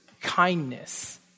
kindness